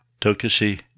Tokushi